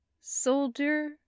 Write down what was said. Soldier